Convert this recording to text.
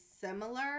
similar